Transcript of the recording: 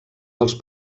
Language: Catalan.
dels